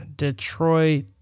Detroit